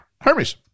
Hermes